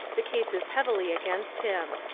the case is heavily against him.